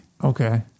okay